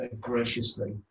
graciously